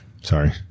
Sorry